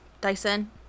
Dyson